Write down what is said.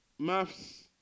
Maths